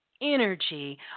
energy